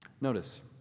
Notice